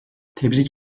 tebrik